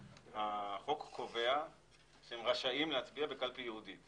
החוק קובע שהם רשאים להצביע בקלפי ייעודית